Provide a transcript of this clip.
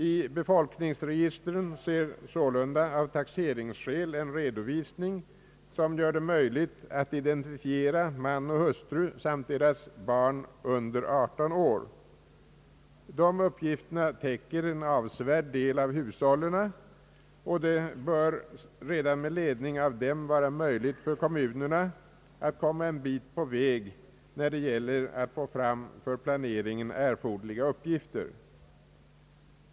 I befolkningsregistren sker sålunda av taxeringsskäl en redovisning som gör det möjligt att identifiera man och hustru samt deras barn under 18 år. Det bör redan med ledning av det materialet vara möjligt för kommunerna att komma en bit på väg när det gäller att få fram för planeringen erforderliga uppgifter.